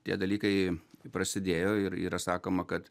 tie dalykai prasidėjo ir yra sakoma kad